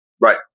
Right